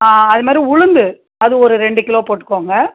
அதுமாதிரி உளுந்து அது ஒரு ரெண்டு கிலோ போட்டுக்கோங்க